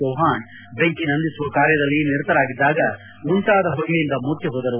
ಚೌವ್ವಾಣ್ ಬೆಂಕಿ ನಂದಿಸುವ ಕಾರ್ಯದಲ್ಲಿ ನಿರತರಾಗಿದ್ದಾಗ ಉಂಟಾದ ಹೊಗೆಯಿಂದ ಮೂರ್ಚೆಹೋದರು